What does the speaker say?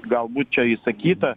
galbūt čia įsakyta